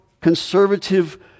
conservative